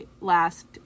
last